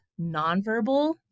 nonverbal